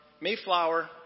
Mayflower